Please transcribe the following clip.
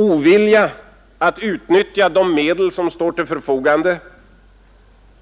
Ovilja att utnyttja de medel som står till förfogande